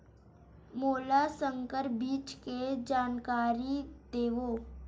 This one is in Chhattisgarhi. मोला संकर बीज के जानकारी देवो?